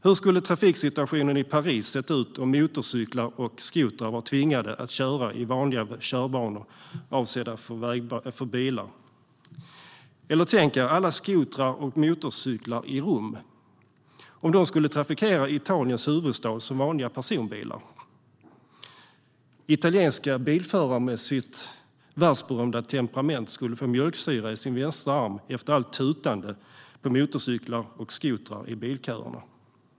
Hur skulle trafiksituationen i Paris se ut om motorcyklar och skotrar var tvingade att köra i vanliga körbanor avsedda för bilar? Eller tänk er alla skotrar och motorcyklar i Rom, om de skulle trafikera Italiens huvudstad som vanliga personbilar! Italienska bilförare med sitt världsberömda temperament skulle få mjölksyra i vänsterarmen efter allt tutande på motorcyklar och skotrar i bilköerna.